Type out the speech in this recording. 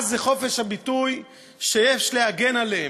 אז זה חופש הביטוי שיש להגן עליו,